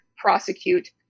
prosecute